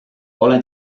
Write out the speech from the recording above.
olen